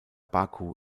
baku